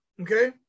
Okay